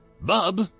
Bub